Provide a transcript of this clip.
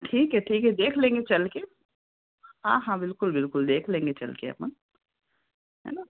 ठीक है ठीक है देख लेंगे चलके हाँ हाँ बिल्कुल बिल्कुल देख लेंगे चलके अपन है ना